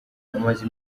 umaze